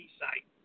site